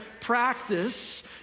practice